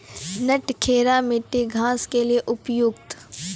नटखेरा मिट्टी घास के लिए उपयुक्त?